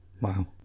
Wow